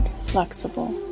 flexible